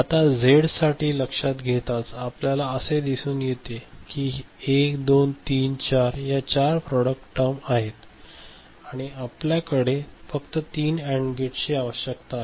आता झेड साठी लक्षात घेताच आपल्याला असे दिसून येते की 1 2 3 4 या चार प्रॉडक्ट टर्म आहेत आणि आपल्याकडे फक्त तीन अँड गेट्स ची आवश्यकता आहे